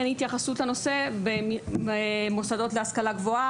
אין התייחסות לנושא במוסדות להשכלה גבוהה